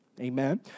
Amen